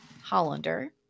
Hollander